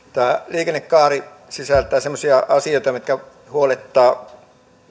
liikennekaari sisältää semmoisia asioita mitkä huolettavat